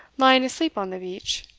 lying asleep on the beach.